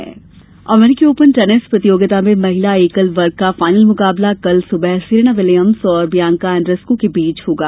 अमरीकी ओपन अमरीकी open tennis प्रतियोगिता में महिला एकल वर्ग का फाइनल मुकाबला कल सुबह सेरेना विलियम्स और बियांका एंद्रीस्कू के बीच होगा